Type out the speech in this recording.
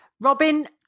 Robin